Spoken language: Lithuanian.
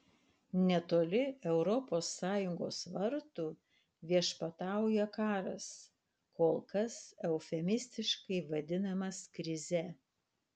netoli europos sąjungos vartų viešpatauja karas kol kas eufemistiškai vadinamas krize